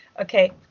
okay